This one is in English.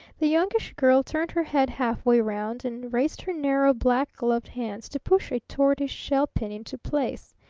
the youngish girl turned her head half-way around and raised her narrow, black-gloved hands to push a tortoise-shell pin into place.